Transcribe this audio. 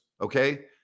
Okay